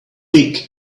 big